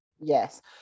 Yes